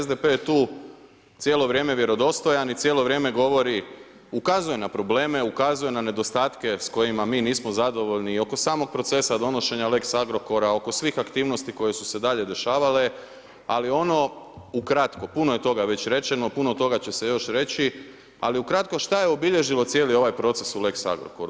SDP je tu cijelo vrijeme vjerodostojan i cijelo vrijeme govoriti, ukazuje na probleme, ukazuje na nedostatke s kojima mi nismo zadovoljni i oko samog procesa donošenja lex Agrokora oko svih aktivnosti koje su se dalje dešavale, ali ono ukratko puno je toga već rečeno, puno toga će se još reći, ali ukratko šta je obilježilo cijeli ovaj proces u lex Agrokoru?